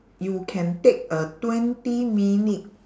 you can take a twenty minute